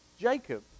Jacob